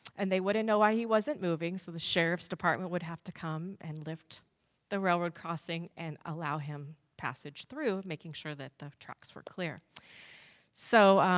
and they wouldn't know why he wasn't moving so, the sheriffs department would have to come and lift the railroad crossings an allow him passage through. making sure that the tracks were clear so,